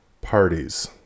parties